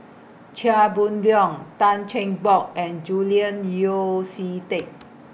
Chia Boon Leong Tan Cheng Bock and Julian Yeo See Teck